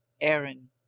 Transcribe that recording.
Aaron